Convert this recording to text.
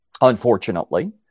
unfortunately